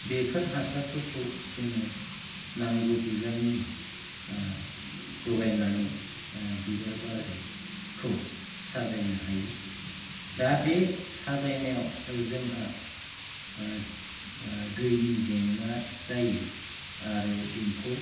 बेफोर हासारफोरखौ जोङो नांगौ बिबांनि जगायनानै बिबार बारिखौ साजायनो हायो दा बे साजायनायाव जोंहा दैनि जेंना जायो आरो एम्फौ